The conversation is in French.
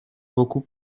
beaucoup